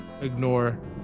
ignore